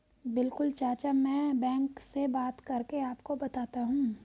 बिल्कुल चाचा में बैंक से बात करके आपको बताता हूं